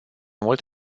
mult